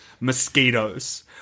mosquitoes